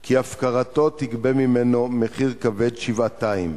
כי הפקרתו תגבה ממנו מחיר כבד שבעתיים,